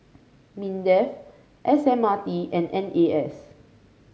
Mindef S M R T and N A S